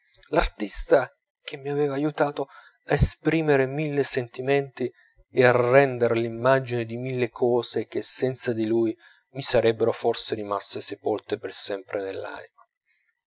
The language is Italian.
l'artista che mi aveva aiutato a esprimere mille sentimenti e a render l'immagine di mille cose che senza di lui mi sarebbero forse rimaste sepolte per sempre nell'anima